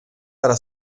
para